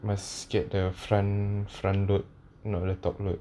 must get the front front not the top load